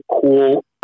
cool